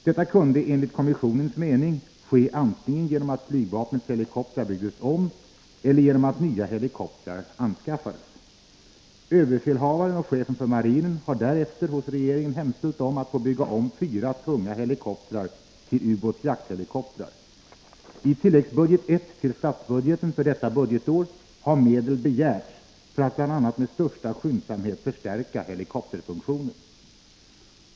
Detta kunde, enligt kommissionens mening, ske antingen genom att flygvapnets helikoptrar byggdes om eller genom att nya helikoptrar anskaffades. Överbefälhavaren och chefen för marinen har därefter hos regeringen hemställt om att få bygga om fyra tunga helikoptrar till ubåtsjakthelikoptrar. I tilläggsbudget I till statsbudgeten för detta budgetår har medel begärts för att bl.a. med största skyndsamhet förstärka helikopterfunktionen.